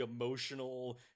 emotional –